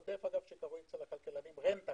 שקרוי אצל הכלכלנים רנטה